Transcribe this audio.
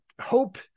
hope